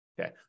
okay